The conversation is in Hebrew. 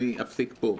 אני אפסיק פה.